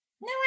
no